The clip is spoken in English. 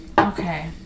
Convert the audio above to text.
Okay